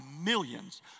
millions